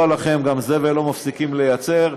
וכידוע לכם גם זבל לא מפסיקים לייצר,